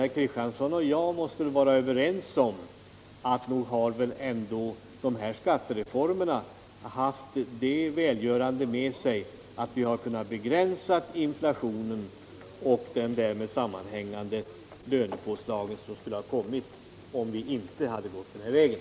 Herr Kristiansson måste väl vara överens med mig om att de här skattereformerna haft det välgörande med sig att vi har kunnat begränsa inflationen och undvika det högre lönepåslag som skulle ha krävts om vi inte gått den vägen.